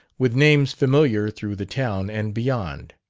with names familiar through the town and beyond.